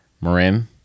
Marin